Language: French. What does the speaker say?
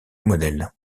modèle